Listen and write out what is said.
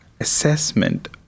assessment